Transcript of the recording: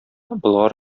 болгар